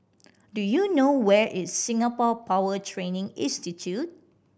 do you know where is Singapore Power Training Institute